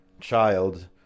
child